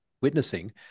witnessing